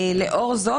לאור זאת,